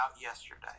yesterday